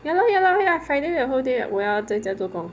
ya lor ya lor ya friday the whole day 我要在家做工